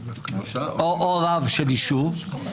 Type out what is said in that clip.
או רב של יישוב,